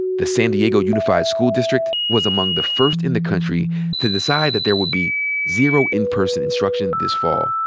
the san diego unified school district was among the first in the country to decide that there would be zero in-person instruction this fall.